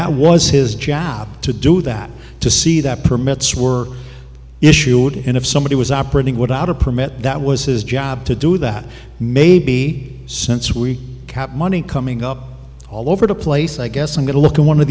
that was his job to do that to see that permits were issued and if somebody was operating without a permit that was his job to do that maybe since we kept money coming up all over the place i guess i'm going to look in one of